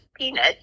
peanut